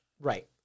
Right